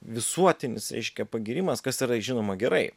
visuotinis reiškia pagyrimas kas yra žinoma gerai